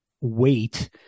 weight